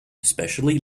especially